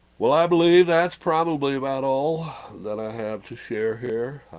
well i believe that's probably, about all that i have to share here,